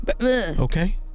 Okay